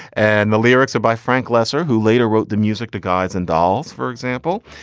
and the lyrics are by frank loesser, who later wrote the music to guys and dolls, for example,